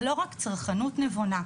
זה לא צרכנות נבונה.